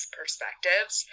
perspectives